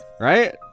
right